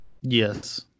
Yes